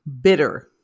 bitter